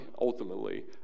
ultimately